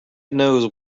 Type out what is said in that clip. knows